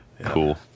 Cool